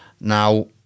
Now